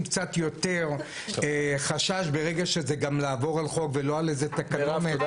קצת יותר חשש ברגע שזה גם לעבור על חוק ולא על איזה תקנה ---?